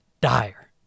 dire